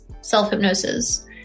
self-hypnosis